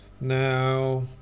Now